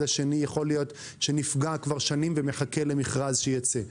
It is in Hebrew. השני יכול להיות שנפגע כבר שנים ומחכה למכרז שיצא.